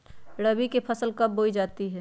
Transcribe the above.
रबी की फसल कब बोई जाती है?